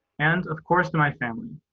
and, of course, to my family,